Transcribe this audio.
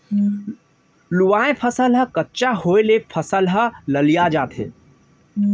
लूवाय फसल ह कच्चा होय ले फसल ह ललिया जाथे